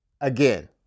again